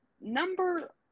number